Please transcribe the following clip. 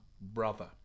brother